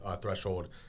threshold